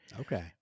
Okay